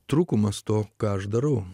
trūkumas to ką aš darau